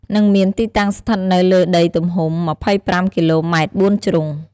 និងមានទីតាំងស្ថិតនៅលើដីទំហំ ២៥គីឡូម៉ែត្របួនជ្រុង។